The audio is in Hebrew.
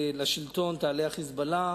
ה"חיזבאללה"